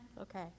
Okay